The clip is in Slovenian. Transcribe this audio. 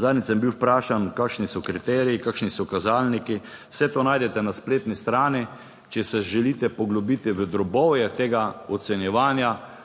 Zadnjič sem bil vprašan, kakšni so kriteriji, kakšni so kazalniki, vse to najdete na spletni strani. Če se želite poglobiti v drobovje tega ocenjevanja,